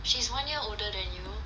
she's one year older than you